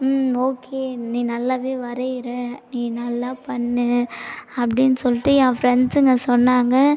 ம் ஓகே நீ நல்லாவே வரையிற நீ நல்லா பண்ணு அப்படின்னு சொல்லிட்டு என் ஃப்ரெண்ட்ஸுங்க சொன்னாங்க